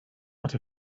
out